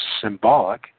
symbolic